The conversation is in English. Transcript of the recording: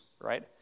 right